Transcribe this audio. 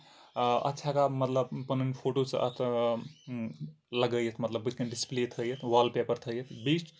اَتھ چھِ ہٮ۪کان مطلب پَنٕنۍ فوٹو چھِ اَتھ لگٲیِتھ مطلب بٔتھۍ کٔنۍ ڈِسپِلے تھٲیِتھ وال پیپَر تھٲیِتھ بیٚیہِ چھِ بوٚڑ